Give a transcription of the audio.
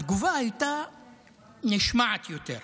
התגובה הייתה נשמעת יותר.